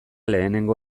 lehengo